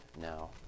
now